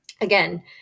again